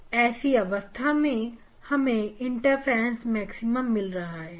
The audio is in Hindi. इसीलिए ऐसी अवस्था पर हमें इंटरफेरेंस मैक्सिमा मिल रहा है